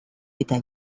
eta